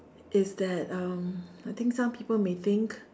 is that um I think some people may think